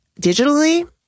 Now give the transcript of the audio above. digitally